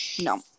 No